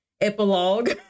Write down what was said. epilogue